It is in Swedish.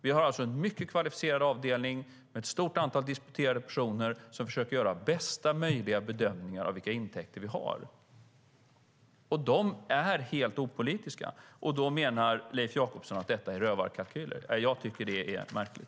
Vi har alltså en mycket kvalificerad avdelning med ett stort antal disputerade personer som försöker göra bästa möjliga bedömningar av vilka intäkter vi har. De är helt opolitiska. Då menar Leif Jakobsson att detta är "rövarkalkyler". Jag tycker att det är märkligt.